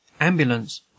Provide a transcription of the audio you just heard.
Ambulance